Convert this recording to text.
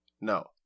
No